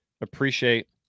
appreciate